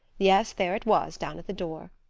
yes, there it was, down at the door.